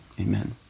Amen